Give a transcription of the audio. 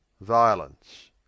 Violence